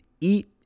eat